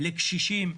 לקשישים,